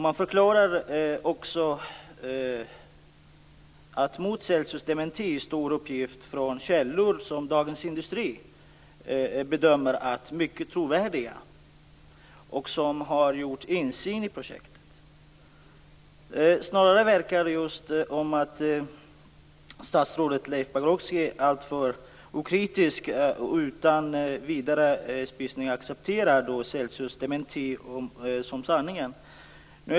Man förklarar också att mot Celsius dementi står uppgifter från källor som Dagens Industri bedömer som mycket trovärdiga och som har god insyn i projektet. Det verkar snarare som om statsrådet Leif Pagrotsky är alltför okritisk och utan vidare spisning accepterar Celsius dementi som sanningen.